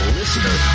listener